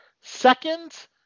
second